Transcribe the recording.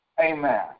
amen